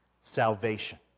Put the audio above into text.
salvation